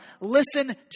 listen